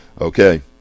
Okay